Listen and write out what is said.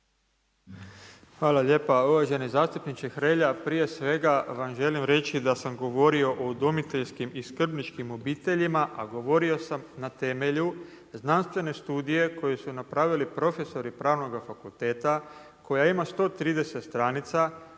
Hvala lijepa. Uvaženi zastupniče Hrelja prije svega vam želim reći da sam govorio o udomiteljskim i skrbničkim obiteljima, a govorio sam na temelju znanstvene studije koje su napravili profesori pravnoga fakulteta, koja ima 130 stranica,